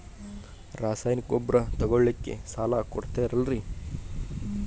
ರಾಸಾಯನಿಕ ಗೊಬ್ಬರ ತಗೊಳ್ಳಿಕ್ಕೆ ಸಾಲ ಕೊಡ್ತೇರಲ್ರೇ?